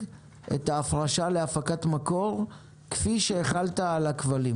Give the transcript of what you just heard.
את ההפרשה להפקת מקור כפי שהחלת על הכבלים?